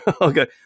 Okay